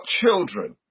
children